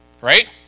Right